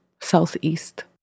southeast